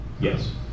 Yes